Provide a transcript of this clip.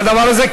והדבר הזה,